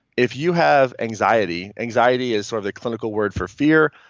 if you have anxiety, anxiety is sort of the clinical word for fear.